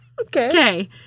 Okay